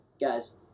guys